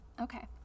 Okay